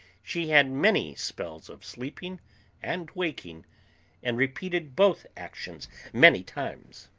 she had many spells of sleeping and waking and repeated both actions many times.